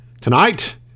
Tonight